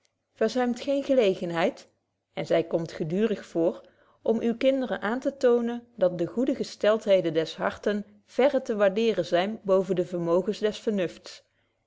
geen gelegenheid en zy komt geduurig voor om uwen kinderen aantetoonen dat de goede gesteltheden des harten verre te waardeeren zyn boven de vermogens des vernufts